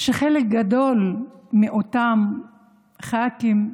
שחלק גדול מאותם ח"כים,